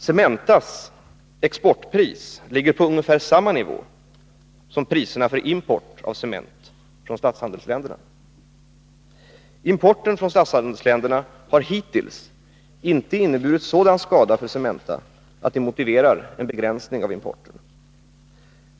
Cementas exportpris ligger på ungefär samma nivå som priserna för import av cement från statshandelsländerna. Importen från statshandelsländerna har hittills inte inneburit sådan skada för Cementa att det motiverar en begränsning av importen.